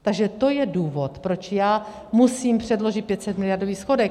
Takže to je důvod, proč já musím předložit miliardový schodek.